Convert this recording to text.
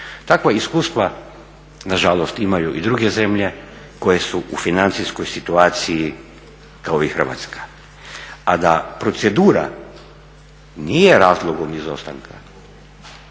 Takva iskustva nažalost imaju i druge zemlje koje su u financijskoj situaciji kao i Hrvatska. A da procedura nije razlogom izostanka,